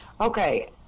Okay